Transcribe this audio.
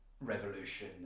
revolution